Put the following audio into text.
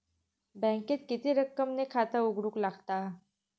बँकेत किती रक्कम ने खाता उघडूक लागता?